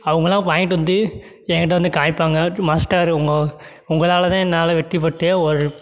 அவங்கள்லாம் வாங்கிட்டு வந்து என் கிட்டே வந்து காமிப்பாங்க மாஸ்டர் உங்கள் உங்களால் தான் நானெல்லாம் வெற்றிப்பெற்றேன் ஒரு